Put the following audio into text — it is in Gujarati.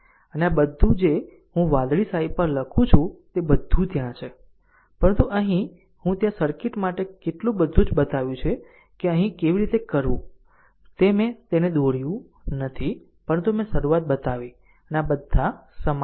અને આ બધું જે હું વાદળી શાહી પર લખ્યું છે તે બધું ત્યાં છે પરંતુ અહીં હું ત્યાં સર્કિટ કરેલું બધું જ બતાવ્યું કે અહીં કેવી રીતે કરવું તે મેં તેને દોર્યું નથી પરંતુ મેં શરૂઆત બતાવી અને આ બધા સમાન છે